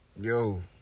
Yo